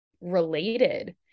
related